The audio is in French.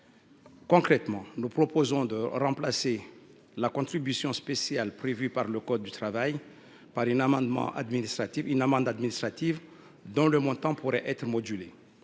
Concrètement, nous proposons de remplacer la contribution spéciale prévue par le code du travail par une amende administrative, dont le montant pourrait être modulé.